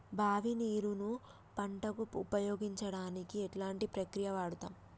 బావి నీరు ను పంట కు ఉపయోగించడానికి ఎలాంటి ప్రక్రియ వాడుతం?